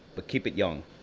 but keep it young.